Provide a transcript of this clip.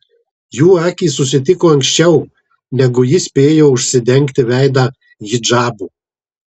jų akys susitiko anksčiau negu ji spėjo užsidengti veidą hidžabu